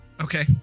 okay